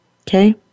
Okay